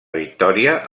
victòria